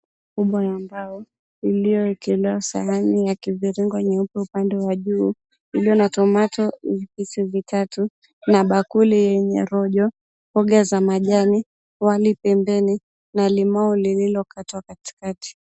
Umbo la mbao, iliyoekelewa sahani ya kiviringo upande wa juu, iliyo na tomato vipisi vitatu, na bakuli yenye rojo, mboga za majani wali pembeni, na limau lililokatwa katikati.